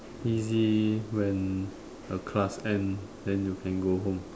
easy when a class end then you can go home